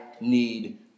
need